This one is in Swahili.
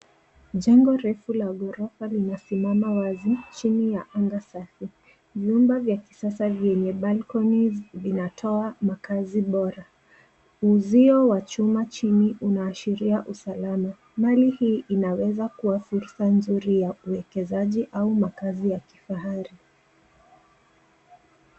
Jengo refu la ghorofa limesimama wazi chini ya anga safi. Vyumba vya kisasa vyenye balconies vinatoa makaazi boraa. Uzio wa chuma chuni unaashiria usalama. Mali hii inaweza kuwa fursa nzuri ya uwekezaji au makaazi ya kifahari.